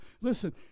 listen